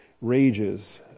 rages